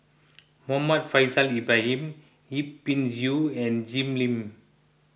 Muhammad Faishal Ibrahim Yip Pin Xiu and Jim Lim